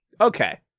Okay